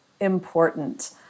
important